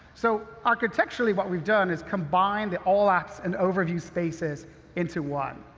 so, architecturally, what we've done is combine the all apps and overview spaces into one.